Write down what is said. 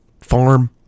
farm